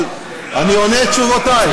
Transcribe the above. אבל אני עונה את תשובותי.